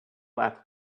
laughed